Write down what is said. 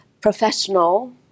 professional